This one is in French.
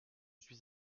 suis